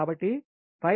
కాబట్టి 5am కు ఇది 0